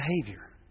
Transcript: behavior